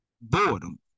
boredom